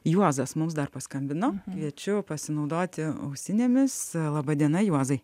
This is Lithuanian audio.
juozas mums dar paskambino kviečiu pasinaudoti ausinėmis laba diena juozai